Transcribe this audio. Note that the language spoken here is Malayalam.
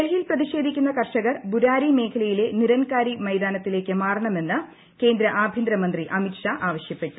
ഡൽഹിയിൽ പ്രിഷേധിക്കുന്ന കർഷകർ ബുരാരി മേഖലയിലെ നിരൻകാരി മൈതാനത്തിലേക്ക് മാറണമെന്ന് കേന്ദ്ര ആഭ്യന്തര മന്ത്രി അമിത് ഷാ ്ആവശ്യപ്പെട്ടു